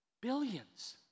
billions